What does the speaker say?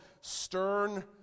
stern